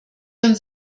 uns